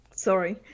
Sorry